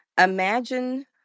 imagine